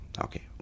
Okay